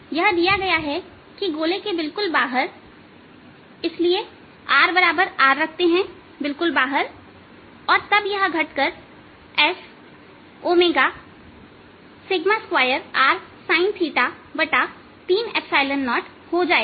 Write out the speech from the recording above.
यह दिया गया है कि गोले के बिल्कुल बाहर इसलिए rR रखते हैं बिल्कुल बाहर और तब यह घटकर S2 R sin 30हो जाएगा